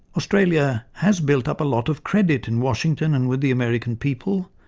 australia has built up a lot of credit in washington and with the american people,